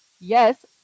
Yes